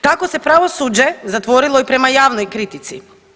Tako se pravosuđe zatvorilo i prema javnoj kritici.